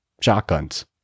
shotguns